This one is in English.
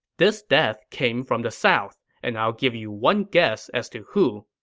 this death came from the south. and i'll give you one guess as to who.